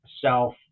self